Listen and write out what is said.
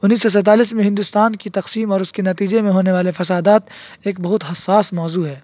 انیس سو سیتالیس میں ہندوستان کی تقسیم اور اس کے نتیجے میں ہونے والے فسادات ایک بہت حساس موضوع ہے